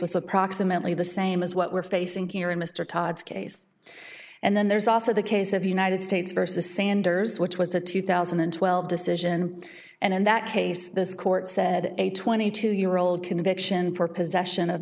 was approximately the same as what we're facing here in mr todd's case and then there's also the case of united states versus sanders which was a two thousand and twelve decision and in that case this court said a twenty two year old conviction for possession of